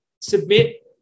Submit